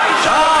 אל תשאל אותי.